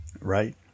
Right